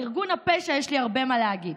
על ארגון הפשע יש לי הרבה מה להגיד,